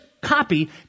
copy